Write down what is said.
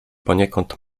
poniekąd